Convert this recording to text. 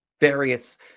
various